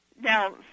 Now